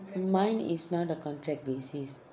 mine is not a contract basis